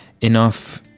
enough